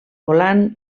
volant